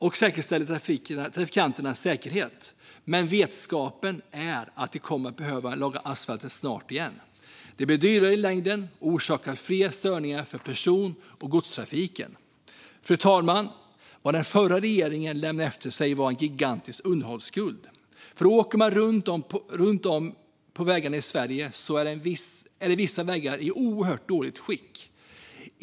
Det säkerställer trafikanternas säkerhet, men det sker med vetskapen att asfalten snart kommer att behöva lagas igen. Det blir dyrare i längden, och det orsakar fler störningar för person och godstrafiken. Fru talman! Vad den förra regeringen lämnade efter sig var en gigantisk underhållsskuld. Åker man runt på vägarna i Sverige ser man att vissa vägar är i oerhört dåligt skick.